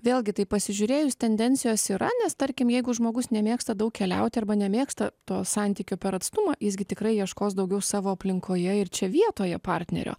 vėlgi taip pasižiūrėjus tendencijos yra nes tarkim jeigu žmogus nemėgsta daug keliauti arba nemėgsta to santykio per atstumą jis gi tikrai ieškos daugiau savo aplinkoje ir čia vietoje partnerio